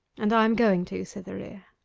and i am going to, cytherea